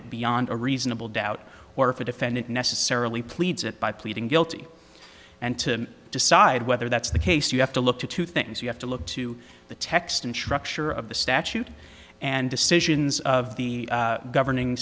it beyond a reasonable doubt or if a defendant necessarily pleads it by pleading guilty and to decide whether that's the case you have to look to two things you have to look to the text and shrug sure of the statute and decisions of the governing